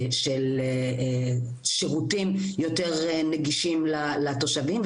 של שירותים יותר נגישים לתושבים,